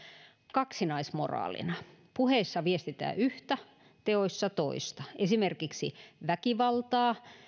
kaksinaismoraalina puheissa viestitään yhtä teoissa toista esimerkiksi väkivaltaa